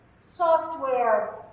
software